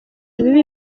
ibibi